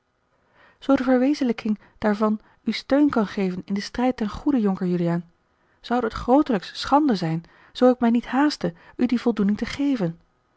zoo de verwezenlijking daarvan u steun kan geven in den strijd ten goede jonker juliaan zoude het grootelijks schande zijn zoo ik mij niet haastte u die voldoening te geven